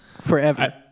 forever